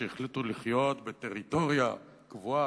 שהחליטו לחיות בטריטוריה קבועה?